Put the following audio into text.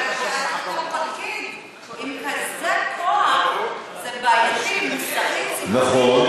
הרי אתה פקיד עם כזה כוח, זה בעייתי, נכון.